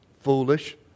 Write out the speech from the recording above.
foolish